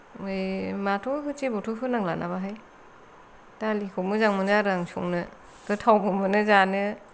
बै माबाथ' जेबोथ' होनांला नामाहाय दालिखो मोजां मोनो आरो आं संनो गोथावबो मोनो जानो